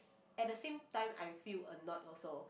s~ at the same time I feel annoyed also